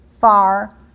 far